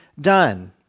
done